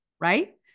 Right